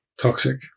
Toxic